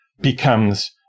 becomes